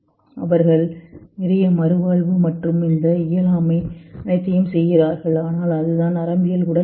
அவர்கள் நிறைய மறுவாழ்வு மற்றும் இந்த இயலாமை அனைத்தையும் செய்கிறார்கள் ஆனால் அதுதான் நரம்பியல் உடல் பகுதி